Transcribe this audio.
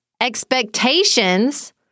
expectations